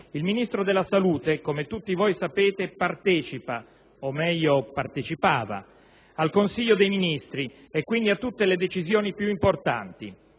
Il Ministro della salute, come tutti voi sapete, partecipa - o meglio partecipava - al Consiglio dei ministri e quindi a tutte le decisioni più importanti;